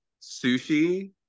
sushi